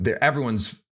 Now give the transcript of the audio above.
everyone's